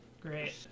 Great